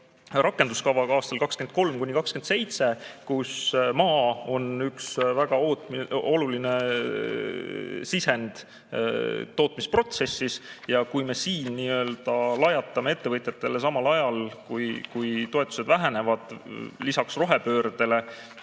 rakenduskavaga aastateks 2023–2027, kus maa on üks väga oluline sisend tootmisprotsessis. Kui me siin lajatame ettevõtjatele, samal ajal kui toetused vähenevad lisaks rohepöördele